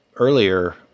earlier